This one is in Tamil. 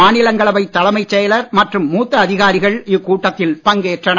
மாநிலங்களவை தலைமைச் செயலாளர் மற்றும் மூத்த அதிகாரிகள் இக்கூட்டத்தில் பங்கேற்றனர்